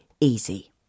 easy